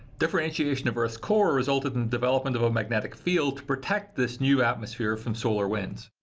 differentiation of earth's core resulted in the development of a magnetic field to protect this new atmosphere from solar winds.